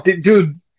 dude